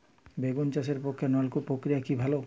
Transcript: বেগুন চাষের পক্ষে নলকূপ প্রক্রিয়া কি ভালো?